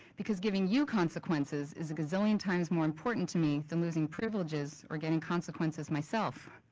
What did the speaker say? because giving you consequences is a gazillion times more important to me than losing privileges or getting consequences myself.